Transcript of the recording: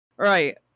Right